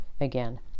again